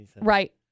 Right